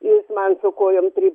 jis man su kojom tryp